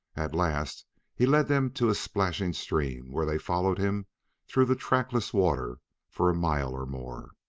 at last he led them to a splashing stream where they followed him through the trackless water for a mile or more.